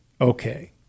okay